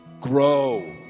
grow